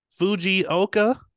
Fujioka